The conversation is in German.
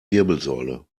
wirbelsäule